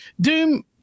Doom